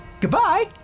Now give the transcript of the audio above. Goodbye